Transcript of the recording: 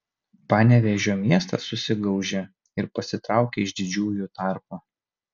panevėžio miestas susigaužė ir pasitraukė iš didžiųjų tarpo